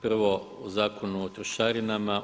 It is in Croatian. Prvo, u Zakonu o trošarinama.